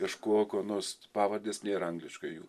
ieškok ko nors pavardės nėra angliškai jų